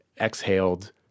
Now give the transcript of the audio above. exhaled